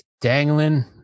dangling